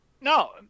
No